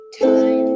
time